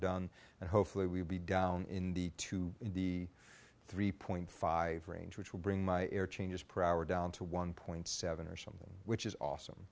done and hopefully we'll be down in the two in the three point five range which will bring my air changes per hour down to one point seven or something which is